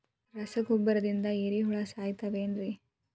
ರಸಗೊಬ್ಬರದಿಂದ ಏರಿಹುಳ ಸಾಯತಾವ್ ಏನ್ರಿ?